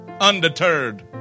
Undeterred